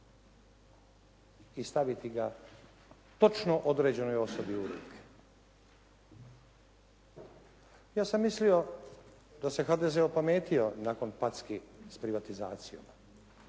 i staviti ga točno određenoj osobi u …/Govornik se ne razumije./… Ja sam mislio da se HDZ opametio nakon packi s privatizacijom.